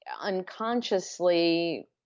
unconsciously